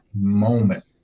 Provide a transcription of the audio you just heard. moment